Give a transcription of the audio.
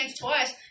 twice